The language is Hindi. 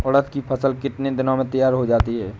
उड़द की फसल कितनी दिनों में तैयार हो जाती है?